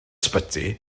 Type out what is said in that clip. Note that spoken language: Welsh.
ysbyty